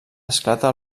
esclata